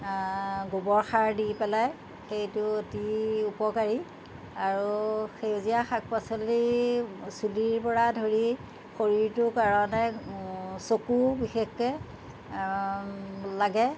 গোবৰ সাৰ দি পেলাই সেইটো অতি উপকাৰী আৰু সেউজীয়া শাক পাচলি চুলিৰ পৰা ধৰি শৰীৰটোৰ কাৰণে চকু বিশেষকৈ লাগে